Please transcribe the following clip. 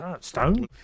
Stone